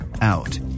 out